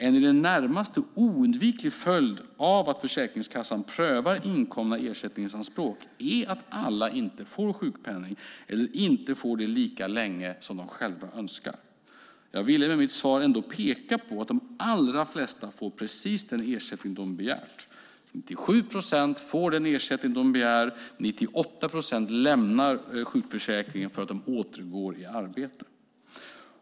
En i det närmaste oundviklig följd av att Försäkringskassan prövar inkomna ersättningsanspråk är att alla inte får sjukpenning eller inte får det lika länge som de själva önskar. Jag ville med mitt svar ändå peka på att de allra flesta får precis den ersättning de har begärt. 97 procent får den ersättning de begär. 98 procent lämnar sjukförsäkringen därför att de återgår i arbete.